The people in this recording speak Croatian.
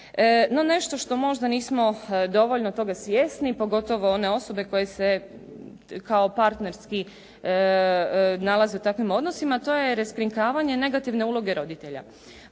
nešto što možda nismo dovoljno toga svjesni, pogotovo one osobe koje se kao partnerski nalaze u takvim odnosima a to je raskrinkavanje negativne uloge roditelja.